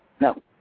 No